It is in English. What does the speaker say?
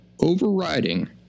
overriding